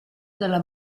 dalla